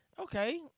Okay